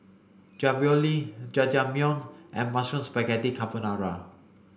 Ravioli Jajangmyeon and Mushroom Spaghetti Carbonara